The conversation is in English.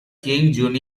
king